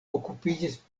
okupiĝis